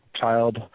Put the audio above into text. child